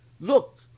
Look